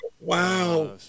Wow